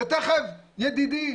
תיכף ידידי,